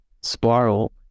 spiral